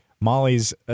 molly's